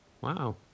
wow